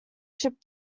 ship